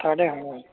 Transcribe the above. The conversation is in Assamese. পথাৰতে হয় হয়